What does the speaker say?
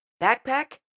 backpack